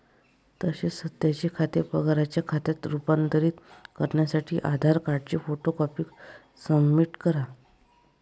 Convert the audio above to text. तसेच सध्याचे खाते पगाराच्या खात्यात रूपांतरित करण्यासाठी आधार कार्डची फोटो कॉपी सबमिट करा